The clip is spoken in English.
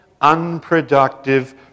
unproductive